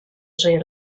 sri